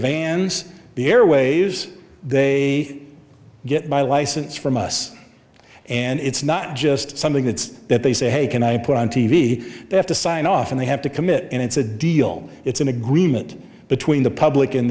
vans the airwaves they get my license from us and it's not just something that's that they say hey can i put on t v they have to sign off and they have to commit and it's a deal it's an agreement between the public